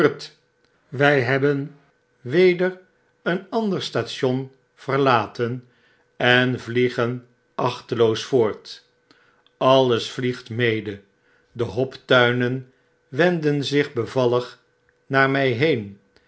wj hebben weder een ander station verlaten en vliegen achteloos voort alles vliegt mede de hoptuinen wenden zich bevallig naar my heen